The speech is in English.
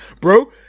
Bro